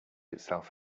itself